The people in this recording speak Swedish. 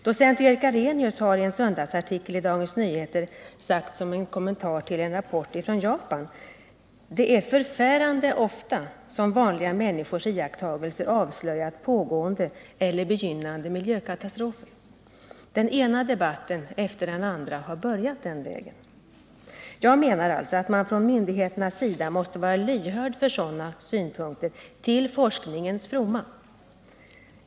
Docent Erik Arrhenius har i en söndagsartikel i Dagens Nyheter sagt som en kommentar till en rapport från Japan: ”Det är förfärande ofta som vanliga människors iakttagelser avslöjat pågående eller begynnande miljökatastrofer. Den ena debatten efter den andra har börjat den vägen.” Jag menar alltså att man från myndigheternas sida måste vara lyhörd för sådana synpunkter, till forskningens fromma.